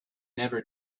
never